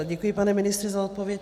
Děkuji, pane ministře, za odpověď.